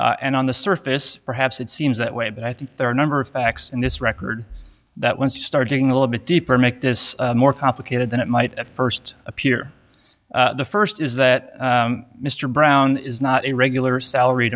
and on the surface perhaps it seems that way but i think there are a number of facts in this record that once you start doing a little bit deeper make this more complicated than it might at first appear the first is that mr brown is not a regular salaried